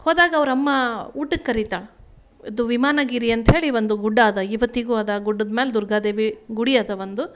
ಹೋದಾಗ ಅವ್ರ ಅಮ್ಮ ಊಟಕ್ಕೆ ಕರಿತಾಳೆ ಇದು ವಿಮಾನಗಿರಿ ಅಂತ ಹೇಳಿ ಒಂದು ಗುಡ್ಡ ಇದೆ ಇವತ್ತಿಗೂ ಅದು ಗುಡ್ಡದ ಮೇಲೆ ದುರ್ಗಾದೇವಿ ಗುಡಿ ಇದೆ ಒಂದು